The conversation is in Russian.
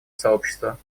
сообщества